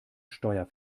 steuer